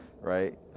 right